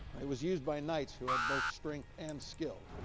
it was used by knights who had both strength and skill.